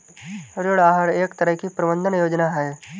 ऋण आहार एक तरह की प्रबन्धन योजना है